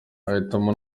ahitamo